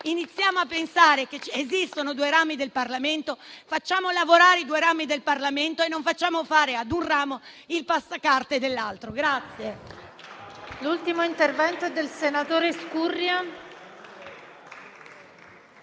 Iniziamo a pensare che esistono due rami del Parlamento, facciamoli lavorare entrambi e non facciamo fare ad un ramo il passacarte dell'altro.